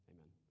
Amen